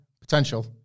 Potential